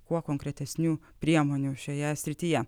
kuo konkretesnių priemonių šioje srityje